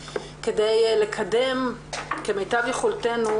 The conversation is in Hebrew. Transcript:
כדי לקדם כמיטב יכולתנו,